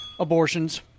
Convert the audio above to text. Abortions